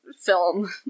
film